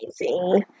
amazing